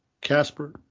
Casper